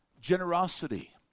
generosity